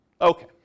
Okay